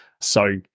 So-